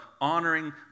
honoring